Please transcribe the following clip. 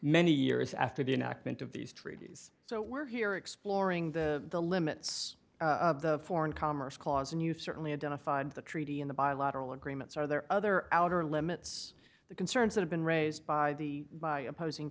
many years after the enactment of these treaties so we're here exploring the the limits of the foreign commerce clause and you certainly identified the treaty in the bilateral agreements are there other outer limits the concerns that have been raised by the by opposing